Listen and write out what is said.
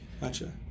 Gotcha